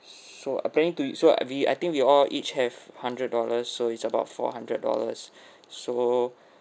so I'm planning to use so I we I think we all each have hundred dollars so it's about four hundred dollars so